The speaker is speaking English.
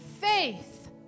faith